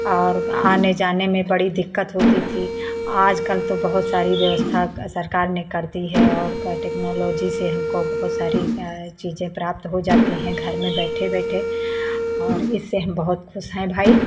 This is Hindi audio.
और आने जाने में बड़ी दिक्कत होती थी आजकल तो बहुत सारी व्यवस्था सरकार ने कर दी है और का टेक्नोलॉजी से हमको बहुत सारी चीज़ें प्राप्त हो जाती हैं घर में बैठे बैठे और इससे हम बहुत खुश हैं भाई